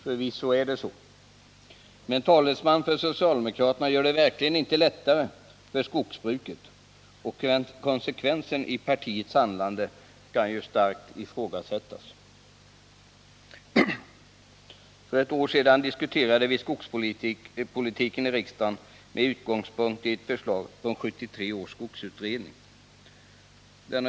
Förvisso är det så, men talesmän för socialdemokraterna gör det verkligen inte lättare för skogsbruket, och konsekvensen i partiets handlande kan ifrågasättas. För ett år sedan diskuterade vi skogspolitiken i riksdagen med utgångs punktii ett förslag från 1973 års skogsutredning.